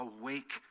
awake